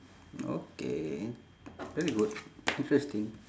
okay very good interesting